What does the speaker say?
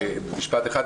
משפט אחד,